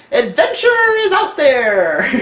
adventure is out there!